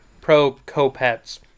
pro-co-pets